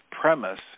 premise